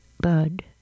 Bud